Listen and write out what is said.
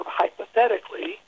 hypothetically